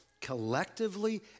collectively